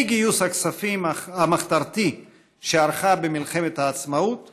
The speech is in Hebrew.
מגיוס הכספים המחתרתי שערכה במלחמת העצמאות